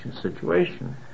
situation